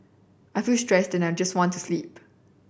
I feel stressed and just want to sleep